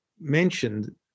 mentioned